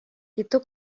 itu